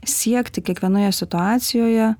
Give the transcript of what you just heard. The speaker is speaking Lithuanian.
siekti kiekvienoje situacijoje